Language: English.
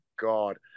God